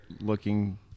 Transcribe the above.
looking